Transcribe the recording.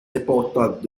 importante